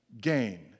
gain